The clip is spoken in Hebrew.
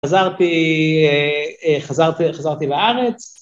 חזרתי, חזרתי, חזרתי לארץ.